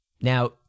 Now